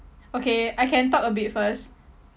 okay I can talk a bit first